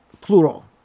plural